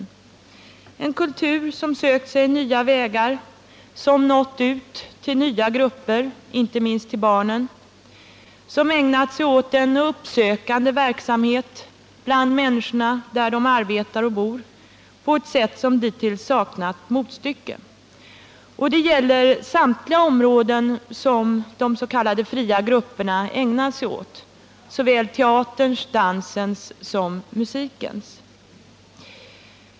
Det är en kultur som sökt sig nya vägar, som nått ut till nya grupper — inte minst till barnen — och som ägnat sig åt en uppsökande verksamhet bland människorna där de arbetar och bor på ett sätt som dittills saknat motstycke. Detta gäller samtliga områden som de s.k. fria grupperna ägnat sig åt — såväl teaterns och dansens som musikens.